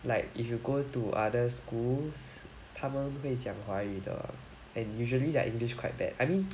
like if you go to other schools 他们会讲华语的 and usually their english quite bad I mean